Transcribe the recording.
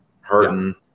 hurting